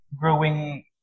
growing